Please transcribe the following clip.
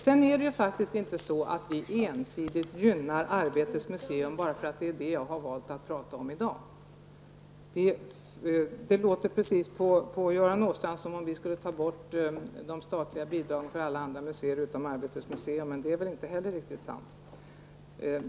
Sedan är det inte så att vi ensidigt gynnar Arbetets museum bara för att det är det jag har valt att tala om här i dag. Det låter på Göran Åstrand precis som om vi skulle ta bort de statliga bidragen för alla andra museer än Arbetets museum, men det är inte heller sant.